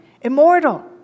immortal